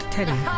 Teddy